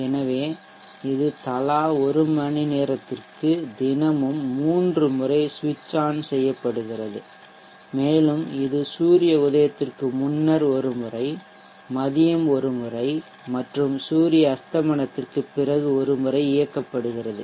எனவே இது தலா ஒரு மணி நேரத்திற்கு தினமும் மூன்று முறை சுவிட்ச் ஆன் செய்யப்படுகிறது மேலும் இது சூரிய உதயத்திற்கு முன்னர் ஒரு முறை மதியம் ஒரு முறை மற்றும் சூரிய அஸ்தமனத்திற்குப் பிறகு ஒரு முறை இயக்கப்படுகிறது